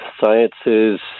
sciences